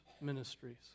ministries